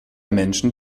menschen